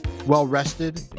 Well-rested